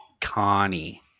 Connie